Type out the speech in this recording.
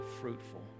fruitful